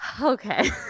Okay